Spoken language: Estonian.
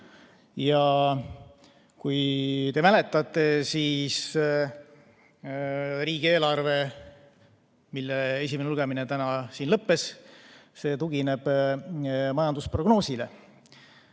Kui te mäletate, riigieelarve, mille esimene lugemine täna lõppes, tugineb majandusprognoosile.